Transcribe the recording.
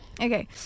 Okay